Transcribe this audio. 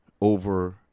over